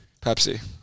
Pepsi